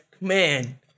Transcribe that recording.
man